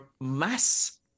mass